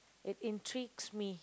it intrigues me